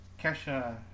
Kesha